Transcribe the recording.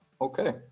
Okay